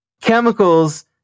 chemicals